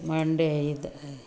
ಮಂಡ್ಯ ಇಂದ